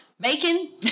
Bacon